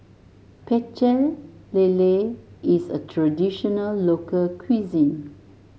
Pecel Lele is a traditional local cuisine